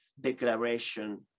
declaration